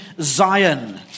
zion